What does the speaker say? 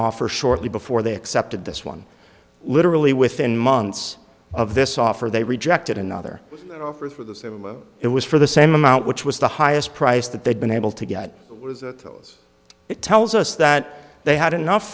offer shortly before they accepted this one literally within months of this offer they rejected another offer for the it was for the same amount which was the highest price that they'd been able to get those it tells us that they had enough